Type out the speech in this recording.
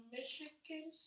Michigan